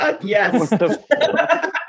Yes